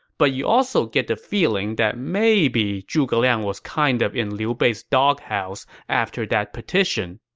but you also get the feeling that maybe zhuge liang was kind of in liu bei's doghouse after that petition.